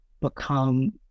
become